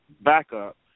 backup